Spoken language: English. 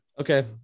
Okay